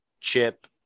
chip